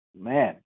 man